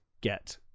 get